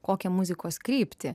kokią muzikos kryptį